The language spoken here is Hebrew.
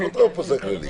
האפוטרופוס הכללי